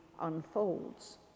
unfolds